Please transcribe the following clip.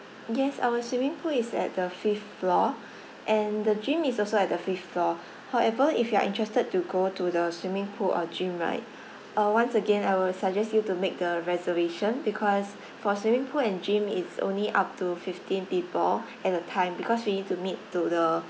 yes our swimming pool is at the fifth floor and the gym is also at the fifth floor however if you are interested to go to the swimming pool or gym right uh once again I will suggest you to make the reservation because for swimming pool and gym it's only up to fifteen people at a time because we need to meet to the